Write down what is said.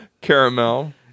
Caramel